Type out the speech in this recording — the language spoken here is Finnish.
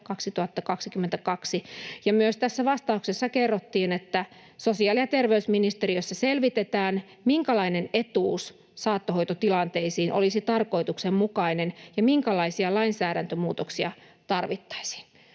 myös tässä vastauksessa kerrottiin, että sosiaali- ja terveysministeriössä selvitetään, minkälainen etuus saattohoitotilanteisiin olisi tarkoituksenmukainen ja minkälaisia lainsäädäntömuutoksia tarvittaisiin.